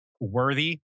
worthy